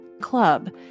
club